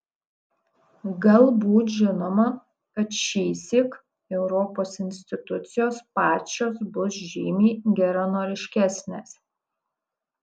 galbūt žinoma kad šįsyk europos institucijos pačios bus žymiai geranoriškesnės